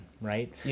right